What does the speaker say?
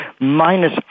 Minus